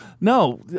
No